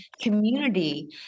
community